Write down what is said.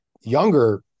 younger